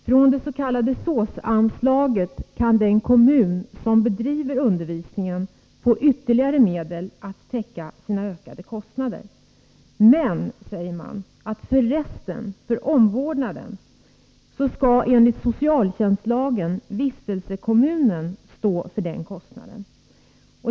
Från det s.k. SÅS-anslaget kan den kommun som bedriver undervisningen få ytterligare medel för att täcka sina ökade kostnader. Men, säger man, beträffande resten — elevhemmen, omvårdnaden osv. — skall enligt socialtjänstlagen vistelsekommunen stå för kostnaden.